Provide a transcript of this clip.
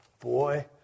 Boy